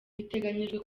biteganijwe